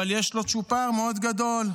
ויש לו צ'ופר מאוד גדול,